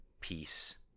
peace